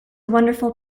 wonderful